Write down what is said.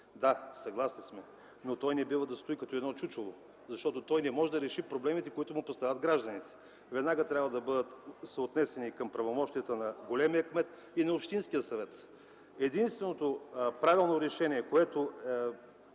Да, съгласни сме, но той не бива да стои като чучело, защото не може да реши проблемите, които му поставят гражданите. Те трябва веднага да бъдат отнесени към правомощията на големия кмет и на общинския съвет. Единственото правилно решение, по което